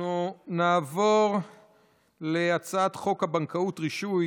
אני קובע כי הצעת חוק המרכז לגביית קנסות,